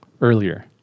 earlier